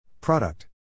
Product